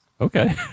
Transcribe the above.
Okay